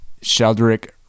Sheldrick